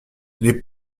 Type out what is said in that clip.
les